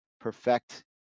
perfect